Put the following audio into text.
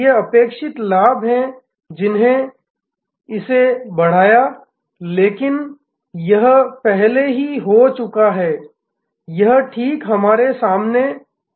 ये अपेक्षित लाभ हैं जिन्होंने इसे बढ़ाया लेकिन यह पहले ही हो चुका है यह ठीक हमारे सामने हो रहा है